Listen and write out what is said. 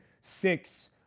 six